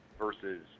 versus